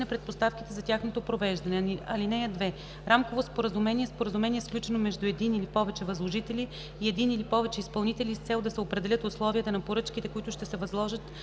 на предпоставките за тяхното провеждане. (2) Рамково споразумение е споразумение, сключено между един или повече възложители и един или повече изпълнители с цел да се определят условията на поръчките, които ще се възложат